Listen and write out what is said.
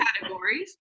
categories